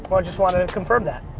i just wanted to confirm that.